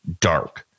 dark